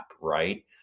right